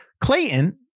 Clayton